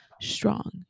strong